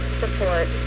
support